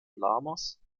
lamas